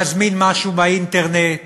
להזמין משהו באינטרנט,